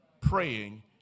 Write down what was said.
praying